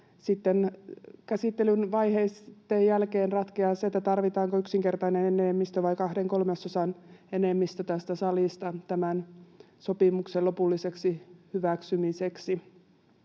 käsittelyn vaiheitten jälkeen ratkeaa se, tarvitaanko yksinkertainen enemmistö vai kahden kolmasosan enemmistö tästä salista tämän sopimuksen lopulliseksi hyväksymiseksi.